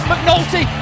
McNulty